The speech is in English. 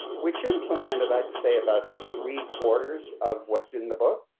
which implemented i'd say about three quarters of what's in the book,